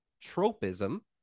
tropism